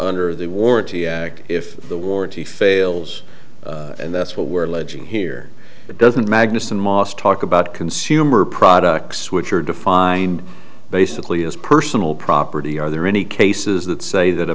nder the warranty act if the warranty fails and that's what we're legit here it doesn't magnusson moss talk about consumer products which are defined basically as personal property are there any cases that say that a